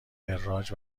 وراج